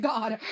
God